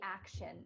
action